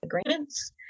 agreements